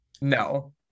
No